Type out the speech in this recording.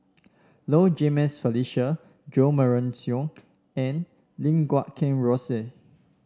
Low Jimenez Felicia Jo Marion Seow and Lim Guat Kheng Rosie